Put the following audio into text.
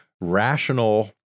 rational